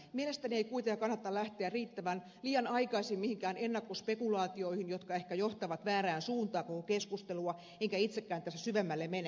mielestäni ei kuitenkaan kannata lähteä liian aikaisin mihinkään ennakkospekulaatioihin jotka ehkä johtavat väärään suuntaan koko keskustelua enkä itsekään tässä syvemmälle mene